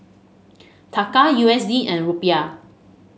Taka U S D and Rupiah